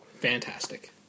Fantastic